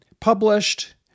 published